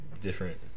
different